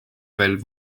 veel